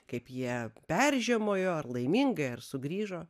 kaip jie peržiemojo ar laimingai ar sugrįžo